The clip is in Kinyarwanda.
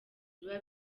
biba